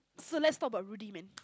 so lets talk about rudy men